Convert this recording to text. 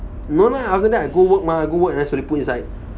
no lah after that I go work mah I go work then slowly put inside